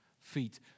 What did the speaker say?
feet